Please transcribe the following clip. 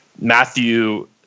Matthew